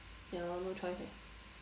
ya lor no choice eh